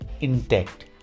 intact